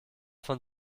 von